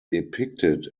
depicted